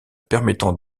permettant